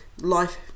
life